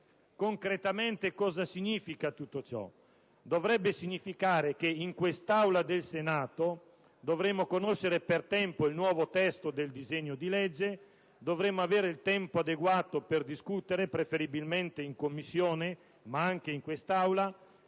Concretamente cosa significa tutto ciò? Dovrebbe significare che in questa Aula del Senato dovremmo conoscere per tempo il nuovo testo del disegno di legge; dovremmo avere il tempo adeguato per discutere, preferibilmente in Commissione, ma anche in quest'Aula,